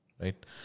right